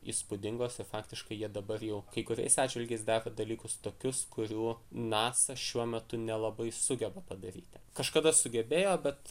įspūdingos ir faktiškai jie dabar jau kai kuriais atžvilgiais daro dalykus tokius kurių nasa šiuo metu nelabai sugeba padaryti kažkada sugebėjo bet